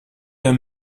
d’un